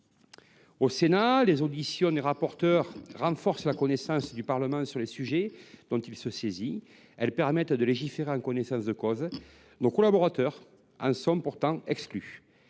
Au Sénat, les auditions des rapporteurs renforcent les connaissances du Parlement sur les sujets dont il se saisit et permettent de légiférer en connaissance de cause. Nos collaborateurs en sont pourtant exclus.